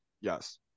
yes